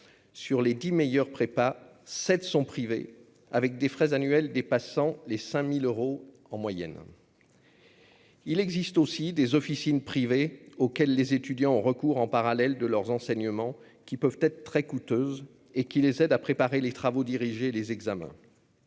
et commerciale générale sont privées, les frais annuels y dépassant en moyenne les 5 000 euros. Il existe aussi des officines privées, auxquelles les étudiants ont recours en parallèle de leurs enseignements, qui peuvent être très coûteuses et qui les aident à préparer les travaux dirigés et les examens.